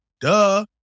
Duh